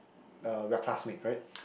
uh we are classmate right